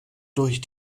durch